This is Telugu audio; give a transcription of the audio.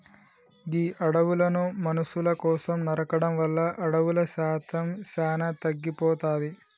గీ అడవులను మనుసుల కోసం నరకడం వల్ల అడవుల శాతం సానా తగ్గిపోతాది